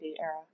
era